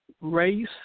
race